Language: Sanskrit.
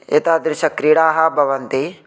एतादृश क्रीडाः भवन्ति